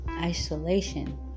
Isolation